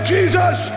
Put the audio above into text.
Jesus